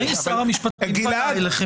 האם שר המשפטים פנה אליכם,